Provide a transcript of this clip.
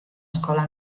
escola